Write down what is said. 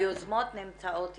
היוזמות נמצאות איתנו.